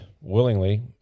willingly